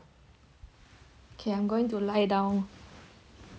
okay I'm going to lie down